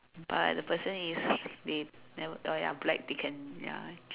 but the person is wait oh ya black they can ya